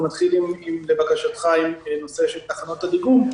אנחנו מתחילים לבקשתך עם נושא של תחנות הדיגום.